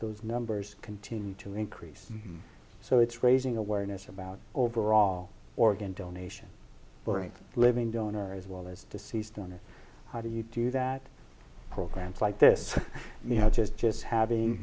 those numbers continue to increase so it's raising awareness about overall organ donation for a living donor as well as deceased and how do you do that programs like this you know just just having